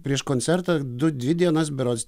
prieš koncertą du dvi dienas berods